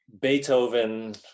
Beethoven